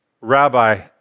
Rabbi